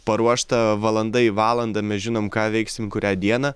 paruošta valanda į valandą mes žinom ką veiksim kurią dieną